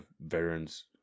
veterans